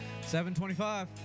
725